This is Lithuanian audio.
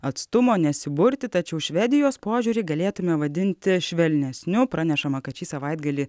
atstumo nesiburti tačiau švedijos požiūrį galėtumėme vadinti švelnesniu pranešama kad šį savaitgalį